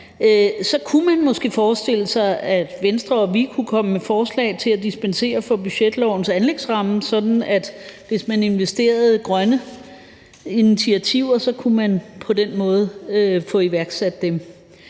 – kunne man måske forestille sig, at Venstre og vi kunne komme med forslag til at dispensere for budgetlovens anlægsramme, sådan at hvis man investerede i grønne initiativer, kunne man på den måde få iværksat dem.